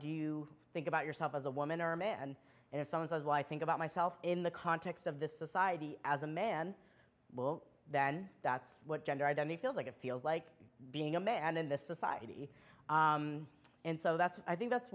do you think about yourself as a woman or a man and his sons as well i think about myself in the context of this society as a man will then that's what gender identity feels like it feels like being a man and in this society and so that's i think that's